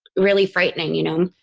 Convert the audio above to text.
really frightening. you know?